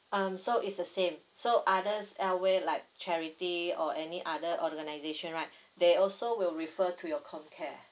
um so is a same so other else way like charity or any other organization right they also will refer to your comcare